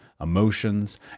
emotions